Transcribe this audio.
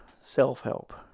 self-help